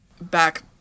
back